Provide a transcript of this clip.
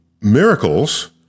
miracles